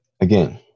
again